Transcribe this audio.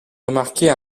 remarquer